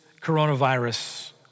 coronavirus